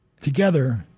together